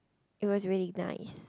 it was really nice